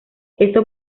esto